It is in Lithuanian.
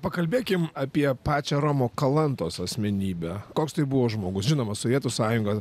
pakalbėkim apie pačią romo kalantos asmenybę koks tai buvo žmogus žinoma sovietų sąjunga